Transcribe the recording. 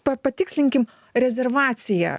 pa patikslinkim rezervacija